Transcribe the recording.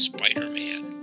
Spider-Man